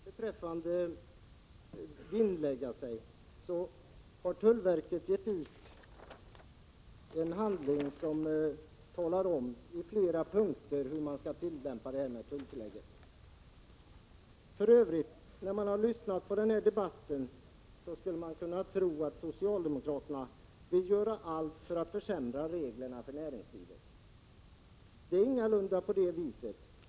Fru talman! Först till Leif Olsson beträffande att vinnlägga sig. Tullverket har gett ut en handling som talar om i flera punkter hur man skall tillämpa reglerna för tulltilläggen. När man lyssnar till den här debatten kan man få intrycket att socialdemokraterna vill göra allt för att försämra reglerna för näringslivet. Det är ingalunda på det viset.